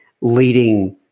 leading